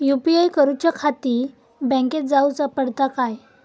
UPI करूच्याखाती बँकेत जाऊचा पडता काय?